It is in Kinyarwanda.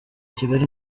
kigali